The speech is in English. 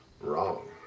wrong